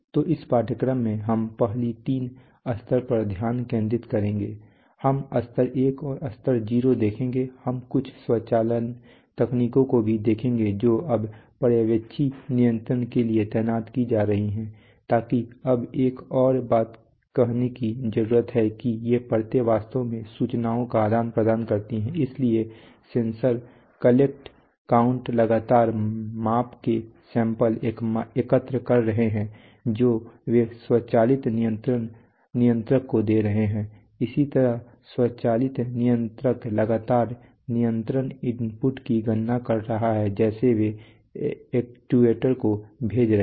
तो इस पाठ्यक्रम में हम पहली तीन स्तर पर ध्यान केंद्रित करेंगे हम स्तर 1 और स्तर 0 देखेंगे हम कुछ स्वचालन तकनीकों को भी देखेंगे जो अब पर्यवेक्षी नियंत्रण के लिए तैनात की जा रही हैं ताकि अब एक और बात कहने की जरूरत है कि ये परतें वास्तव में सूचनाओं का आदान प्रदान करती हैं इसलिए सेंसर कलेक्ट काउंट लगातार माप के सैंपल एकत्र कर रहे हैं जो वे स्वचालित नियंत्रक को दे रहे हैं इसी तरह स्वचालित नियंत्रक लगातार नियंत्रण इनपुट की गणना कर रहा है जिसे वे एक्ट्यूएटर को भेज रहे हैं